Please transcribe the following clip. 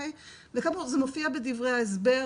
וכאמור זה מופיע בדברי ההסבר,